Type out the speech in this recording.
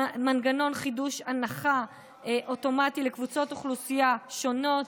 מנגנון חידוש הנחה אוטומטי לקבוצות אוכלוסייה שונות,